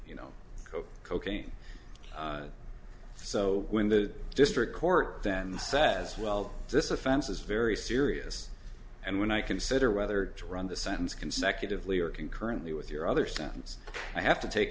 you know coke cocaine so when the district court then the sad as well this offense is very serious and when i consider whether to run the sentence consecutively or concurrently with your other sentence i have to take